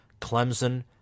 Clemson